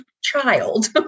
child